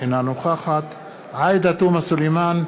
אינה נוכחת עאידה תומא סלימאן,